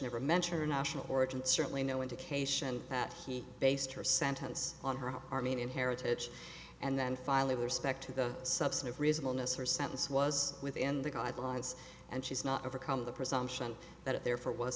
never mention or national origin certainly no indication that he based her sentence on her armenian heritage and then finally respect to the subset of reasonableness her sentence was within the guidelines and she's not overcome the presumption that there for it was